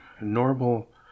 Normal